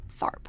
Tharp